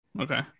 Okay